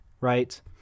right